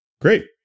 Great